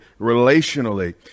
relationally